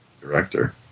director